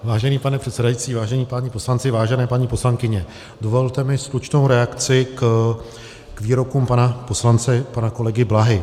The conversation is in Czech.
Vážený pane předsedající, vážení páni poslanci, vážené paní poslankyně, dovolte mi stručnou reakci k výrokům pana poslance, pana kolegy Blahy.